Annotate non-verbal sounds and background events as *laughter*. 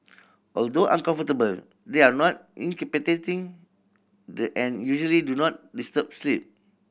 although uncomfortable they are not incapacitating *unintelligible* and usually do not disturb sleep